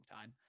time